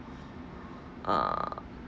err